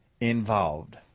involved